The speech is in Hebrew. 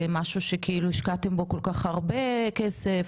זה משהו שכאילו השקעתם בו כל כך הרבה כסף,